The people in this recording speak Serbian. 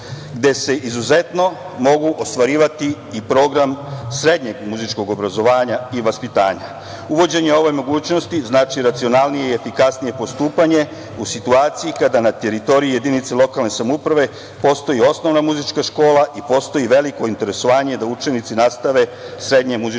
gde se izuzetno mogu ostvarivati i program srednjeg muzičkog obrazovanja i vaspitanja. Uvođenje ove mogućnosti znači racionalnije i efikasnije postupanje, u situaciji kada na jedinici teritorije lokalne samouprave, postoji osnovna muzička škola i postoji veliko interesovanje da učenici nastave srednje muzičko